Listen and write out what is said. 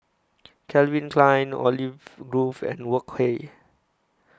Calvin Klein Olive Grove and Wok Hey